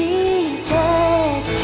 Jesus